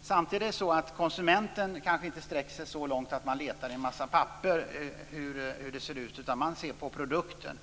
Samtidigt sträcker sig kanske inte konsumenten så långt att han eller hon letar i en massa papper för att få besked, utan man ser på produkten.